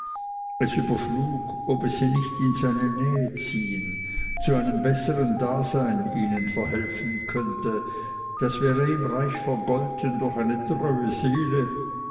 es überschlug ob es sie nicht in seine nähe ziehen zu einem bessern dasein ihnen verhelfen könnte das wäre ihm reich vergolten durch eine treue seele